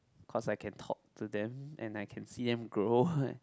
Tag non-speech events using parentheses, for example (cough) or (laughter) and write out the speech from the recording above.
cause I can talk to them and I can see them grow (laughs)